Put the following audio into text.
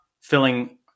filling –